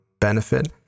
benefit